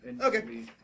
Okay